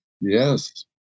Yes